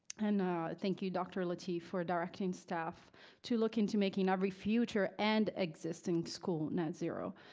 and thank you, dr. lateef, for directing staff to look into making every future and existing school net zero.